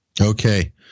Okay